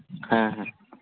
ᱦᱮᱸ ᱦᱮᱸ